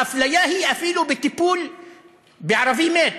האפליה היא אפילו בטיפול בערבי מת,